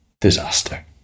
disaster